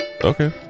Okay